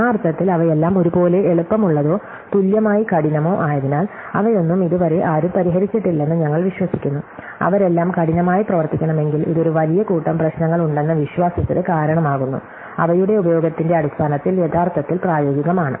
ആ അർത്ഥത്തിൽ അവയെല്ലാം ഒരുപോലെ എളുപ്പമുള്ളതോ തുല്യമായി കഠിനമോ ആയതിനാൽ അവയൊന്നും ഇതുവരെ ആരും പരിഹരിച്ചിട്ടില്ലെന്ന് ഞങ്ങൾ വിശ്വസിക്കുന്നു അവരെല്ലാം കഠിനമായി പ്രവർത്തിക്കണമെങ്കിൽ ഇത് ഒരു വലിയ കൂട്ടം പ്രശ്നങ്ങളുണ്ടെന്ന വിശ്വാസത്തിന് കാരണമാകുന്നു അവയുടെ ഉപയോഗത്തിന്റെ അടിസ്ഥാനത്തിൽ യഥാർത്ഥത്തിൽ പ്രായോഗികമാണ്